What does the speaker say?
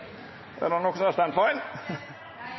er man i stand